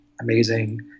amazing